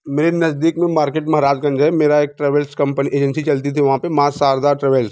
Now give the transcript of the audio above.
मेरे नज़दीक में मार्केट महाराजगंज है मेरा एक ट्रेवल्स कंपनी एजेंसी चलती थी वहाँ पर माँ शारदा ट्रेवल्स